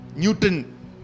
Newton